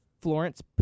Florence